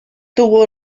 tuvo